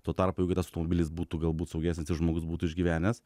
tuo tarpu jeigu tas automobilis būtų galbūt saugesnis ir žmogus būtų išgyvenęs